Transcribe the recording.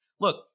Look